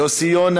יוסי יונה,